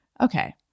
Okay